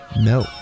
No